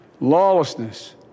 lawlessness